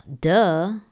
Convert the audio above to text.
Duh